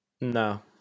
No